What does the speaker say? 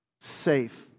safe